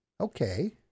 Okay